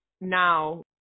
now